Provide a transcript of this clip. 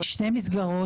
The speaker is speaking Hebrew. כי שתי מסגרות,